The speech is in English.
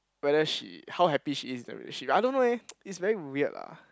whether she how happy she is in the relationship I don't know eh it's very weird lah